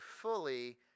fully